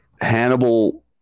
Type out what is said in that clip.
Hannibal